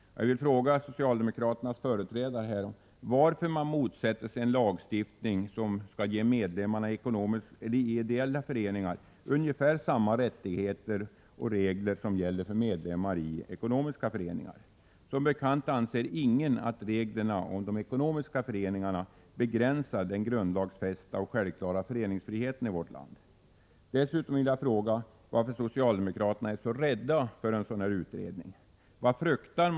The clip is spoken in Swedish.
Jag vill fråga socialdemokraternas företrädare varför man motsätter sig en lagstiftning som skall ge medlemmar i en ideell förening ungefär samma rättigheter som medlemmar i en ekonomisk förening. Som bekant anser ingen att reglerna om de ekonomiska föreningarna begränsar den grundlagsfästa och självklara föreningsfriheten i vårt land. Dessutom vill jag fråga varför socialdemokraterna är så rädda för en sådan utredning som vi begär.